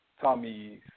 Tommy